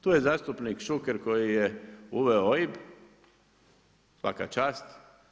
Tu je zastupnik Šuker koji je uveo OIB, svaka čast.